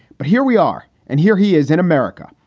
but here we are. and here he is in america,